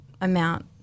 amount